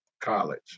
College